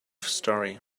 story